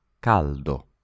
caldo